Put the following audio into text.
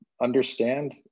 understand